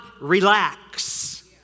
relax